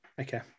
Okay